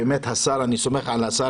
אני סומך על השר